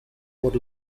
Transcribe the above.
por